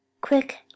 quick